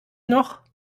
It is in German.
noch